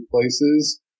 places